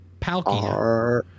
Palkia